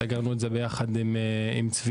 סגרנו את זה ביחד עם צבי.